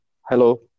hello